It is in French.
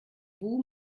vous